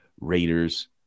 Raiders